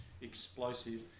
explosive